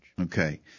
Okay